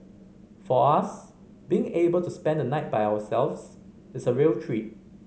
for us being able to spend the night by ourselves is a real treat